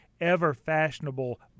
ever-fashionable